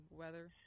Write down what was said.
weather